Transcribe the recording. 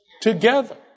together